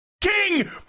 king